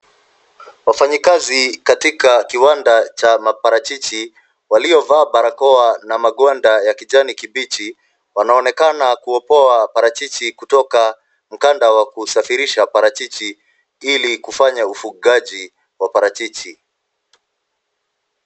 Wafanyikazi katiak kiwanda cha maparachichi, waliovaa barakoa na magwanda ya kijani kibichi wanaonekana kuopoa parachichi kutoka mganda wa kusafirisha parachichi ili kufanya ufungaji wa parachichi.